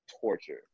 torture